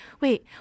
wait